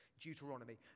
Deuteronomy